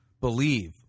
believe